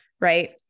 right